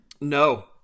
No